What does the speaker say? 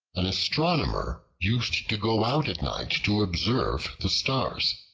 an astronomer used to go out at night to observe the stars.